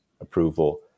approval